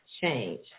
change